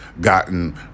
gotten